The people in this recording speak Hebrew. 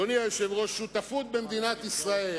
אדוני היושב-ראש, שותפות במדינת ישראל,